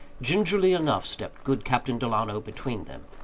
gingerly enough stepped good captain delano between them,